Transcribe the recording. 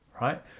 right